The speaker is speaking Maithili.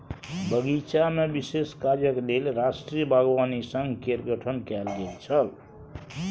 बगीचामे विशेष काजक लेल राष्ट्रीय बागवानी संघ केर गठन कैल गेल छल